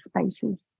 spaces